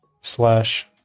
slash